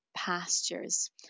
pastures